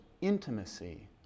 intimacy